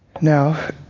Now